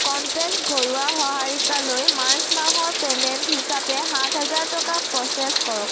contact ঘৰুৱা সহায়িকালৈ March মাহৰ পে'মেণ্ট হিচাপে সাতহাজাৰ টকা প্ৰ'চেছ কৰক